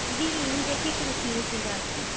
جی مجھے فکر تھی اِسی بات کی